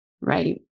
right